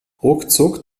ruckzuck